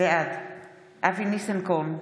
בעד אבי ניסנקורן,